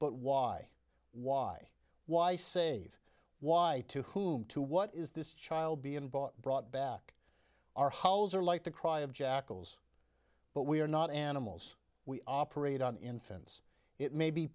but why why why save why to whom to what is this child being bought brought back our halls are like the cry of jackals but we are not animals we operate on infants it may be